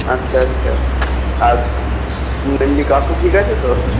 আচ্ছা আচ্ছা আর এমনি কাকু ঠিক আছে তো